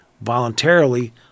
voluntarily